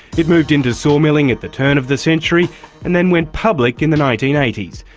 it moved into sawmilling at the turn of the century and then went public in the nineteen eighty s.